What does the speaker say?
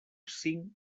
cinc